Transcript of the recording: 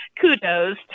kudos